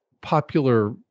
popular